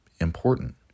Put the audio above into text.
important